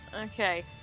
Okay